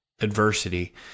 adversity